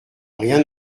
rien